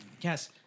Yes